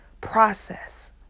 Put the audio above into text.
process